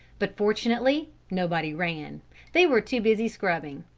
but fortunately nobody ran they were too busy scrubbing.